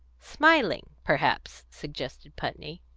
smiling, perhaps, suggested putney.